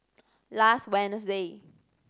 last Wednesday